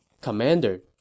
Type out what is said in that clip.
Commander